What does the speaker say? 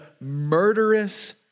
murderous